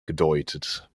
gedeutet